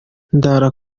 ndara